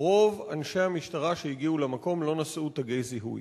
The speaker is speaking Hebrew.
רוב אנשי המשטרה שהגיעו למקום לא נשאו תגי זיהוי.